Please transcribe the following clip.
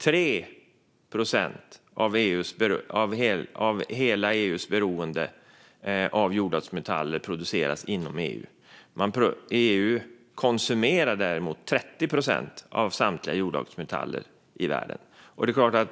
3 procent av hela EU:s beroende av jordartsmetaller produceras inom EU. EU konsumerar däremot 30 procent av samtliga jordartsmetaller i världen.